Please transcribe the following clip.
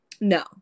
no